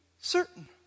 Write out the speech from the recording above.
certain